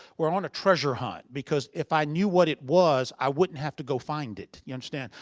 we're on a treasure hunt because if i knew what it was, i wouldn't have to go find it, you understand?